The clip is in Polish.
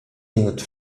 minut